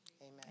Amen